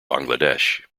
bangladesh